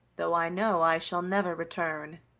though i know i shall never return.